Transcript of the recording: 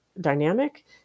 dynamic